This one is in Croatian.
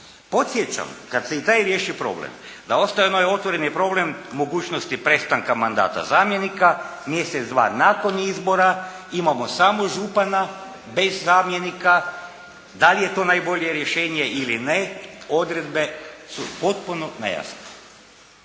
Podsjećam kad se i taj riješi problem da ostaje onaj otvoreni problem mogućnosti prestanka mandata zamjenika mjesec, dva nakon izbora. Imamo samo župana bez zamjenika. Da li je to najbolje rješenje ili ne, odredbe su potpuno nejasne?